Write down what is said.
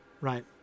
right